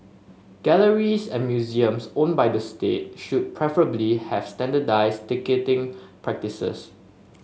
galleries and museums owned by the state should preferably have standardised ticketing practises